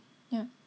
ya